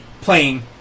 playing